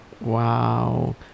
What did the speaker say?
Wow